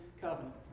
covenant